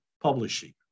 publishing